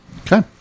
Okay